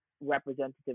representative